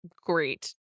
great